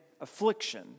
affliction